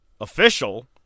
official